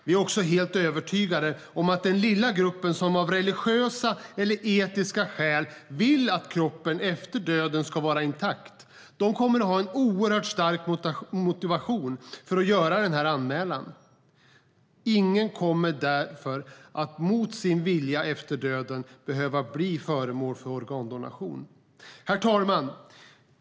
Vi är också helt övertygade om att den lilla grupp som av religiösa eller etiska skäl vill att kroppen efter döden ska vara intakt kommer att ha en stark motivation för att göra den anmälan. Ingen kommer därför att mot sin vilja efter döden behöva bli föremål för organdonation. Herr talman!